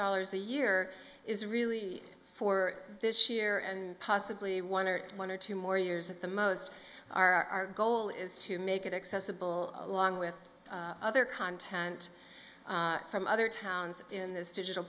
dollars a year is really for this year and possibly one or one or two more years at the most our goal is to make it accessible along with other content from other towns in this digital